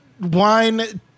wine